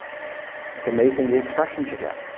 it's amazing the expressions you get.